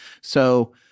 So-